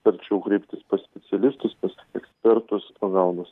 tarčiau kreiptis pas specialistus pas ekspertus pagalbos